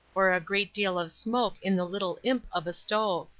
or a great deal of smoke in the little imp of a stove.